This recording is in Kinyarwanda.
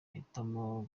ahitamo